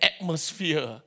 atmosphere